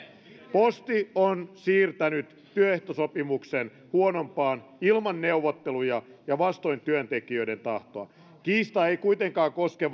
posti on siirtänyt työehtosopimuksen huonompaan ilman neuvotteluja ja vastoin työntekijöiden tahtoa kiista ei kuitenkaan koske